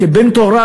כבן תורה,